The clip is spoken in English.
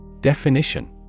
Definition